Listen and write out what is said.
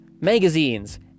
magazines